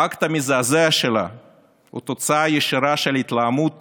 האקט המזעזע שלה הוא תוצאה ישירה של התלהמות